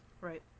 Right